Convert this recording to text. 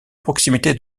proximité